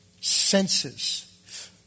senses